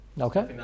Okay